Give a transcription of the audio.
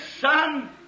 son